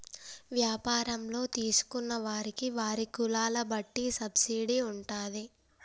వ్యాపారంలో తీసుకున్న వారికి వారి కులాల బట్టి సబ్సిడీ ఉంటాది